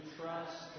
trust